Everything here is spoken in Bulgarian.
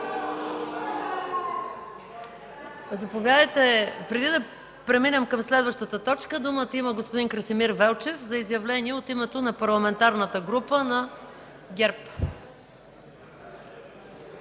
по групи.) Преди да преминем към следващата точка, думата има господин Красимир Велчев за изявление от името на Парламентарната група на ГЕРБ.